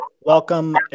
welcome